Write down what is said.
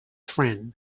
friend